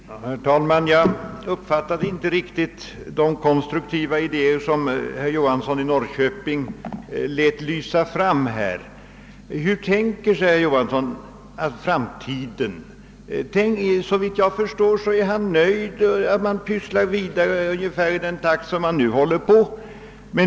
Herr talman! Jag uppfattade inte riktigt de konstruktiva idéer som herr Johansson i Norrköping lät lysa fram. Hur tänker sig herr Johansson framtiden? Såvitt jag förstår är han nöjd med att vi pysslar vidare i ungefär samma takt som nu.